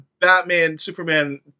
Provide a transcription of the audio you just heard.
Batman-Superman